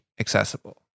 accessible